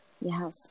Yes